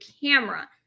camera